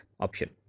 option